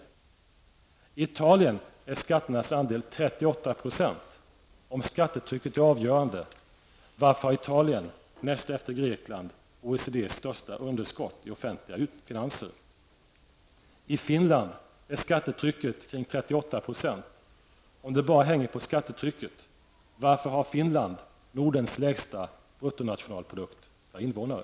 I Italien är skatternas andel 38 %. Om skattetrycket är det avgörande varför har Italien, näst efter Grekland, OECDs största underskott i offentliga finanser? I Finland är skattetrycket 38 %. Om det bara hänger på skattetrycket, varför har Finland nordens lägsta BNP per invånare?